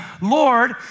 Lord